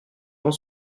vont